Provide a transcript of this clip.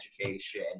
education